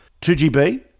2GB